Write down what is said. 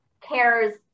cares